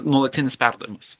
nuolatinis perdavimas